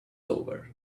over